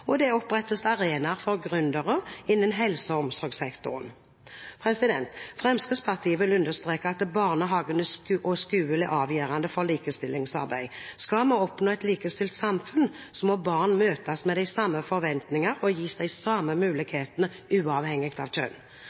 og det opprettes arenaer for gründere innen helse- og omsorgssektoren. Fremskrittspartiet vil understreke at barnehagen og skolen er avgjørende for likestillingsarbeidet. Skal vi oppnå et likestilt samfunn, må barn møtes med de samme forventninger og gis de samme mulighetene, uavhengig av kjønn.